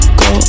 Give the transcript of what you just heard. go